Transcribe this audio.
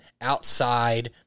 outside